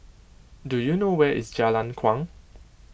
do you know where is Jalan Kuang